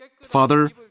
Father